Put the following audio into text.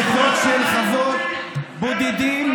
מדינה יהודית בארץ ישראל, זה חוק של חוות בודדים,